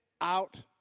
out